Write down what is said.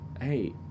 hey